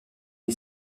une